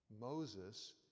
Moses